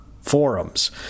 forums